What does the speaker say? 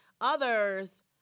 others